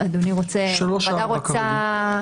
אדוני רוצה, הוועדה רוצה --- 3(4), כרגע.